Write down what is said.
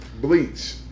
Bleach